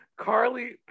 Carly